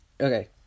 Okay